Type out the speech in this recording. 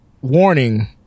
warning